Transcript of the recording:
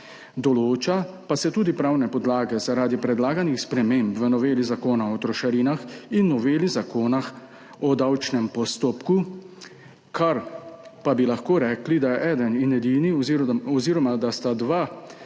določa pa se tudi pravne podlage zaradi predlaganih sprememb v noveli Zakona o trošarinah in noveli Zakona o davčnem postopku, kar pa bi lahko rekli, da je eden in edini oziroma da sta dva